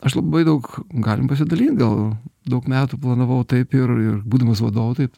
aš labai daug galim pasidalint gal daug metų planavau taip ir ir būdamas vadovu taip